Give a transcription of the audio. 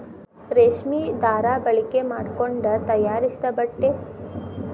ರೇಶ್ಮಿ ದಾರಾ ಬಳಕೆ ಮಾಡಕೊಂಡ ತಯಾರಿಸಿದ ಬಟ್ಟೆ